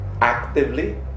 actively